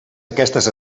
aquestes